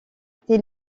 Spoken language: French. été